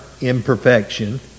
imperfection